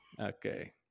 Okay